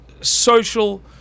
social